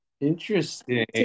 Interesting